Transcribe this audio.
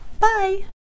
Bye